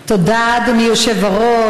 תודה, אדוני היושב-ראש.